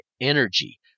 energy